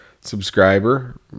subscriber